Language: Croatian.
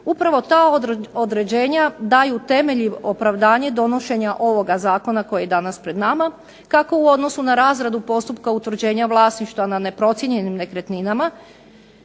Upravo ta određenja daju temelj i opravdanje donošenja ovoga zakona koji je danas pred nama, kako u odnosu na razradu postupka utvrđenja vlasništva na neprocijenjenim nekretninama,